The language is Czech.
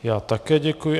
Já také děkuji.